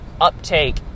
uptake